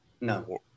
No